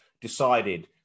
decided